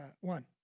One